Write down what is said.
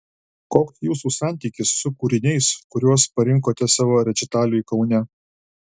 koks jūsų santykis su kūriniais kuriuos parinkote savo rečitaliui kaune